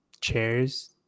chairs